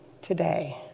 today